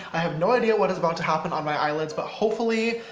i have no idea what is about to happen on my eyelids but hopefully